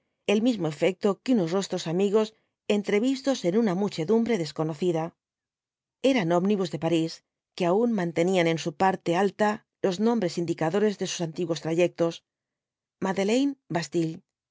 el misefecto que unos rostros amigos entrevistos en una mumo chedumbre desconocida eran ómnibus de parís que aun mantenían en su parte alta los nombres indicadores de sus antiguos trayectos